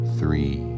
three